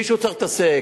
מישהו צריך להתעסק.